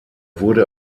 wurde